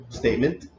statement